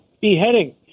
beheading